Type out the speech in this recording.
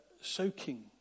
soaking